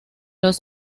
los